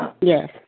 Yes